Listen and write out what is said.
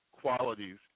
qualities